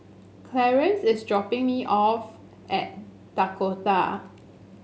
Clarance is dropping me off at Dakota